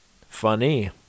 Funny